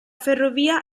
ferrovia